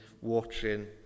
watching